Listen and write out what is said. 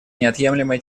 неотъемлемой